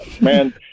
Man